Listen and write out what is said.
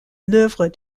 l’œuvre